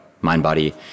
mind-body